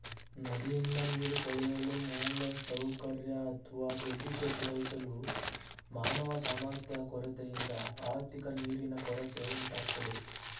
ನದಿಯಿಂದ ನೀರು ಸೆಳೆಯಲು ಮೂಲಸೌಕರ್ಯ ಅತ್ವ ಬೇಡಿಕೆ ಪೂರೈಸಲು ಮಾನವ ಸಾಮರ್ಥ್ಯ ಕೊರತೆಯಿಂದ ಆರ್ಥಿಕ ನೀರಿನ ಕೊರತೆ ಉಂಟಾಗ್ತದೆ